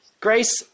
grace